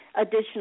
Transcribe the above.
additional